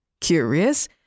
Curious